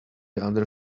other